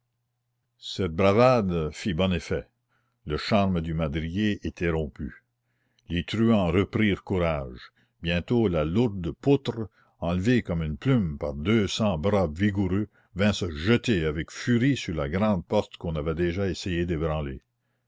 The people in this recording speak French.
cette bravade fit bon effet le charme du madrier était rompu les truands reprirent courage bientôt la lourde poutre enlevée comme une plume par deux cents bras vigoureux vint se jeter avec furie sur la grande porte qu'on avait déjà essayé